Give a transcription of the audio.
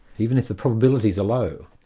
even if the probabilities are low.